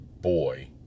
boy